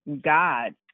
God